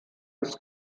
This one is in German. des